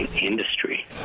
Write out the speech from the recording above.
industry